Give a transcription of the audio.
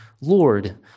Lord